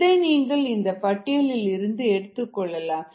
இதை நீங்கள் அந்தப் பட்டியலில் இருந்து எடுத்துக் கொள்ளலாம்